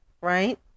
right